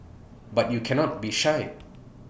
but you cannot be shy